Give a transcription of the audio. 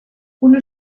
una